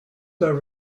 were